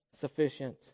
sufficient